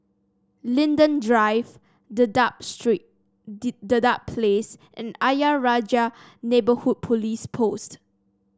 Linden Drive Dedap Street Dedap Place and Ayer Rajah Neighbourhood Police Post